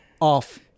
off